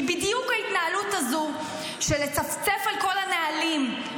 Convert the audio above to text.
כי בדיוק ההתנהלות הזו, של לצפצף על כל הנהלים,